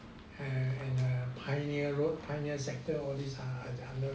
and err pioneer road pioneer sector all these ah under